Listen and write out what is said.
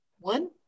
One